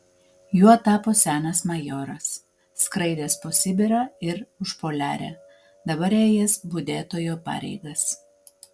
juo tapo senas majoras skraidęs po sibirą ir užpoliarę dabar ėjęs budėtojo pareigas